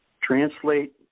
Translate